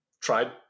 tried